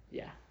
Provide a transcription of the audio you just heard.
ya